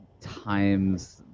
times